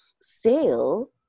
sale